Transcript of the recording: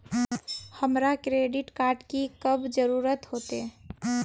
हमरा credit card की कब जरूरत होते?